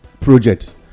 project